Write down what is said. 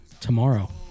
tomorrow